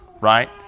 right